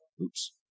oops